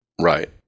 right